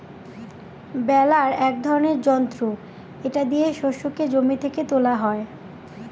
বেলার এক ধরনের যন্ত্র এটা দিয়ে শস্যকে জমি থেকে তোলা হয়